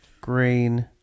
Green